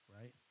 right